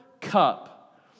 cup